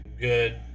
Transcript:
good